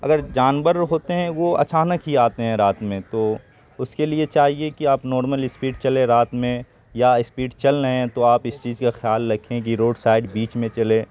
اگر جانور ہوتے ہیں وہ اچانک ہی آتے ہیں رات میں تو اس کے لیے چاہیے کہ آپ نارمل اسپیڈ چلے رات میں یا اسپیڈ چل رہے ہیں تو آپ اس چیز کا خیال رکھیں کہ روڈ سائیڈ بیچ میں چلیں